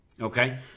Okay